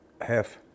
half